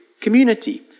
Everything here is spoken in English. community